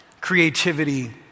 creativity